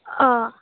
अह